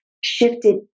shifted